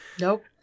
Nope